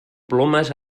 plomes